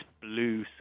blue